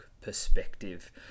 perspective